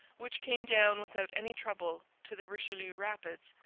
which came down without any trouble to the richelieu rapids,